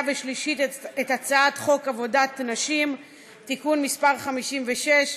ושלישית את הצעת חוק עבודת נשים (תיקון מס' 56),